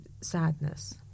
sadness